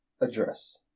address